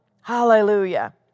Hallelujah